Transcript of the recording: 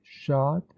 shot